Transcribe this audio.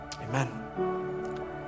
Amen